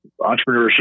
entrepreneurship